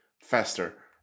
faster